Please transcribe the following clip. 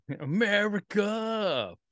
america